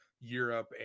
Europe